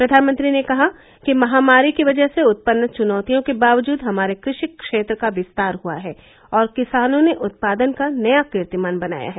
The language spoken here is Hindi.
प्रधानमंत्री ने कहा कि महामारी की वजह से उत्पन्न चुनौतियों के बावजूद हमारे कृषि क्षेत्र का विस्तार हुआ है और किसानों ने उत्पादन का नया कीर्तिमान बनाया है